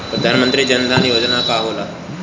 प्रधानमंत्री जन धन योजना का होला?